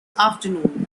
afternoon